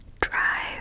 Drive